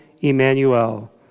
Emmanuel